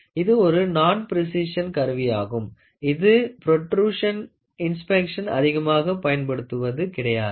இது ஒரு நான் பிரேசிசன் கருவியாகும் இது ப்ரோடுக்ஷ்ன் இன்ஸ்பெக்ஷனில் அதிகமாக பயன்படுத்துவது கிடையாது